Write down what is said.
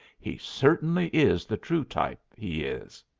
he certainly is the true type, he is!